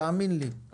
האמן לי,